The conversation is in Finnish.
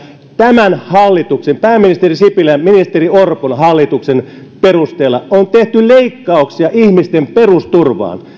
tämän hallituksen pääministeri sipilän ja ministeri orpon hallituksen perusteilla on tehty leikkauksia ihmisten perusturvaan